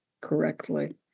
correctly